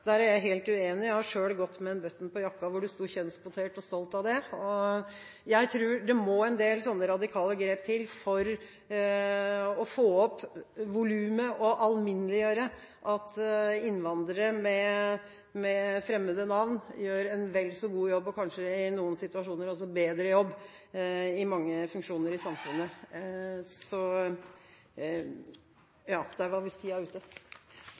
Der er jeg helt uenig. Jeg har selv gått med en «button» på jakken hvor det sto «kjønnskvotert og stolt av det», og jeg tror det må en del sånne radikale grep til for å få opp volumet og alminneliggjøre at innvandrere med fremmede navn gjør en vel så god jobb og kanskje i noen situasjoner også en bedre jobb i mange funksjoner i samfunnet. Der var visst tiden ute.